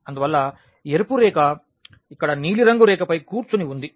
అందువల్ల ఎరుపు రేఖ ఇక్కడ నీలిరంగు రేఖపై కూర్చుని ఉంది